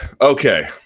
Okay